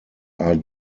are